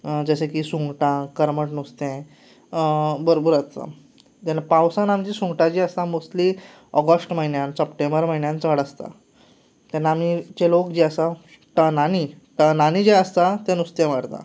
जशें की सुंगटां करमट नुस्तें बरपूर आसता जेन्ना पावसांत आमची सुंगटां जीं आसता मोस्ट्ली ऑगस्ट म्हयन्यांत सप्टेंबर म्हयन्यांत चड आसता तेन्ना आमचे लोक जे आसात टनांनी टनांनी जें आसता ते नुस्तें व्हरतात